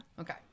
Okay